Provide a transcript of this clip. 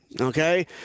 Okay